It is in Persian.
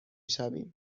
شویم